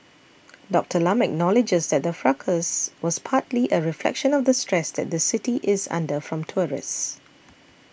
Doctor Lam acknowledges that the fracas was partly a reflection of the stress that the city is under from tourists